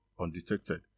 undetected